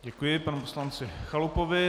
Děkuji panu poslanci Chalupovi.